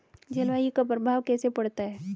जलवायु का प्रभाव कैसे पड़ता है?